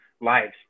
lives